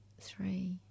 three